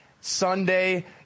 Sunday